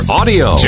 audio